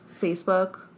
Facebook